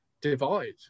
divide